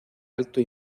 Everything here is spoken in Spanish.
alto